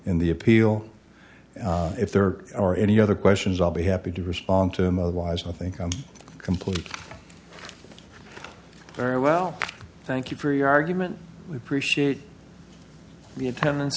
in the appeal if there are any other questions i'll be happy to respond to them otherwise i think i'm completely very well thank you for your argument we appreciate the attendance